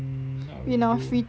in our free time